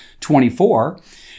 24